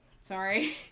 Sorry